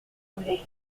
voulais